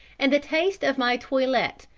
and the taste of my toilette,